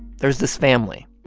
there's this family.